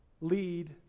lead